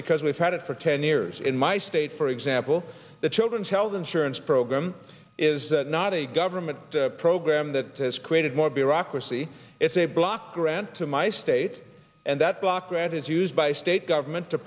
because we've had it for ten years in my state for example the children's health insurance program is not a government program that has created more bureaucracy it's a block grant to my state and that block grant is used by state government to